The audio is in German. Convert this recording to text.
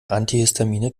antihistamine